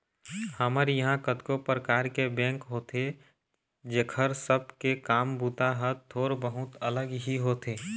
हमर इहाँ कतको परकार के बेंक होथे जेखर सब के काम बूता ह थोर बहुत अलग ही होथे